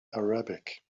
arabic